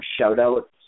shout-outs